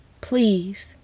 please